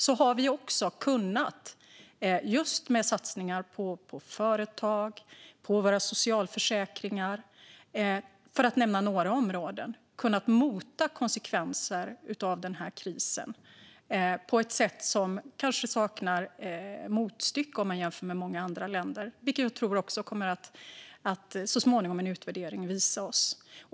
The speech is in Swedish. Tack vare det har vi, med satsningar på företag och på våra socialförsäkringar, för att nämna några områden, kunnat mota konsekvenserna av krisen på ett sätt som kanske saknar motstycke jämfört med många andra länder. Detta tror jag att en utvärdering så småningom kommer att visa oss.